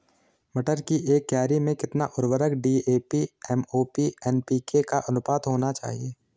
मटर की एक क्यारी में कितना उर्वरक डी.ए.पी एम.ओ.पी एन.पी.के का अनुपात होना चाहिए?